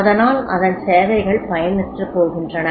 அதனால் அதன் சேவைகள் பயனற்றுபோகின்றன